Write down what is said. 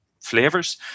flavors